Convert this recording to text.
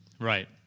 right